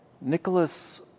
Nicholas